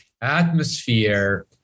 atmosphere